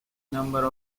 number